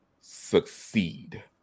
succeed